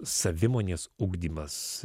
savimonės ugdymas